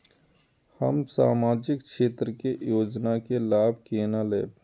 हम सामाजिक क्षेत्र के योजना के लाभ केना लेब?